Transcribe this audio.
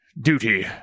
duty